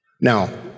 Now